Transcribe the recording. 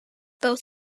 both